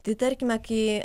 tai tarkime kai